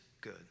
good